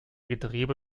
getriebe